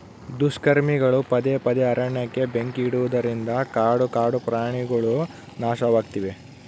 ದುಷ್ಕರ್ಮಿಗಳು ಪದೇ ಪದೇ ಅರಣ್ಯಕ್ಕೆ ಬೆಂಕಿ ಇಡುವುದರಿಂದ ಕಾಡು ಕಾಡುಪ್ರಾಣಿಗುಳು ನಾಶವಾಗ್ತಿವೆ